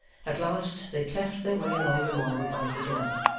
at last, they cleft their way among the mob about the door,